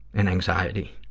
and anxiety.